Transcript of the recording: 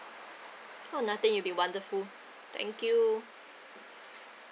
oh nothing you've been wonderful thank you